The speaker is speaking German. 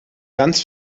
ganz